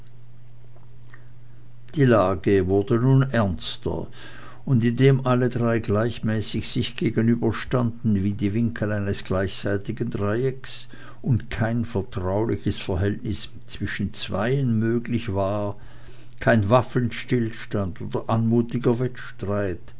die lage wurde nun ernster und indem alle drei gleichmäßig sich gegenüberstanden wie die winkel eines gleichseitigen dreieckes und kein vertrauliches verhältnis mehr zwischen zweien möglich war kein waffenstillstand oder anmutiger wettstreit